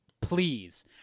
please